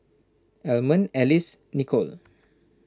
Almond Alice Nichol